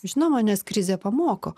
žinoma nes krizė pamoko